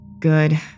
Good